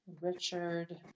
Richard